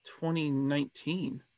2019